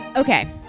Okay